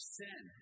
sin